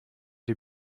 die